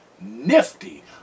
nifty